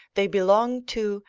they belong to,